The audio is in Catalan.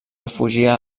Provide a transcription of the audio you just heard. refugia